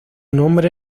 nombre